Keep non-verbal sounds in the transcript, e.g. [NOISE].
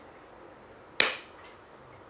[NOISE]